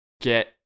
get